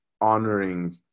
honoring